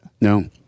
No